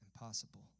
impossible